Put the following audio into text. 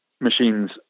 machines